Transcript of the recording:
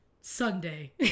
sunday